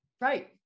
right